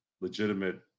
legitimate